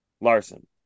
Larson